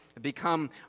become